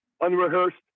unrehearsed